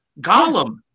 Gollum